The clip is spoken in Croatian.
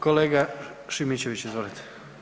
Kolega Šimičević, izvolite.